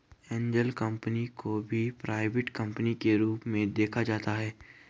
angel company को भी private company के रूप में देखा जाता है